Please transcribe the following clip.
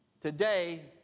Today